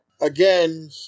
Again